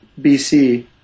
BC